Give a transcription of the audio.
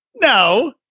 No